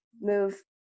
move